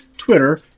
Twitter